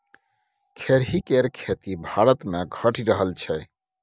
खेरही केर खेती भारतमे घटि रहल छै